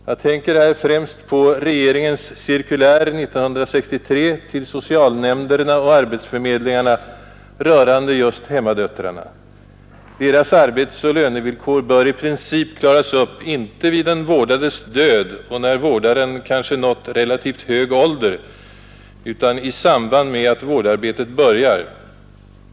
Jag tänker här främst på regeringens cirkulär 1963 till socialnämnderna och arbetsförmedlingarna rörande just hemmadöttrarna. Deras arbetsoch lönevillkor bör i princip klaras upp, inte vid den vårdades död när den vårdade kanske nått relativt hög ålder utan i samband med att vårdarbetet börjar.